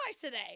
today